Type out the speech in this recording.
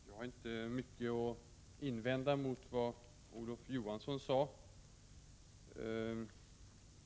Herr talman! Jag har inte mycket att invända mot vad Olof Johansson sade.